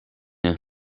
een